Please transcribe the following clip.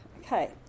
Okay